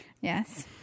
Yes